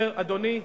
אדוני היושב-ראש,